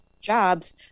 jobs